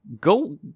Go